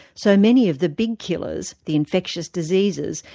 so many of the big killers, the infections diseases,